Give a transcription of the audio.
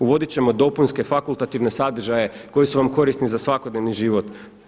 Uvodit ćemo dopunske, fakultativne sadržaje koji su vam korisni za svakodnevni život.